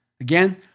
again